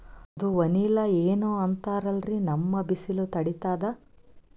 ಅದು ವನಿಲಾ ಏನೋ ಅಂತಾರಲ್ರೀ, ನಮ್ ಬಿಸಿಲ ತಡೀತದಾ?